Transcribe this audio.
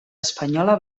espanyola